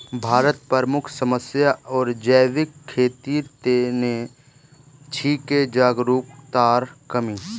भारतत प्रमुख समस्या आर जैविक खेतीर त न छिके जागरूकतार कमी